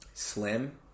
Slim